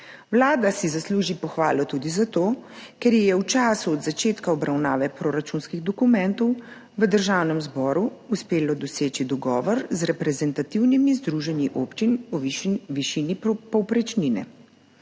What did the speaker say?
Vlada si zasluži pohvalo tudi zato, ker ji je v času od začetka obravnave proračunskih dokumentov v Državnem zboru uspelo doseči dogovor z reprezentativnimi združenji občin o višini povprečnine.